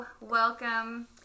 Welcome